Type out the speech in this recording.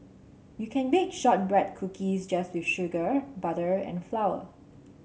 you can bake shortbread cookies just with sugar butter and flour